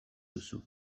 duzu